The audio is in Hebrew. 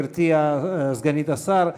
גברתי סגנית השר,